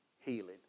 healing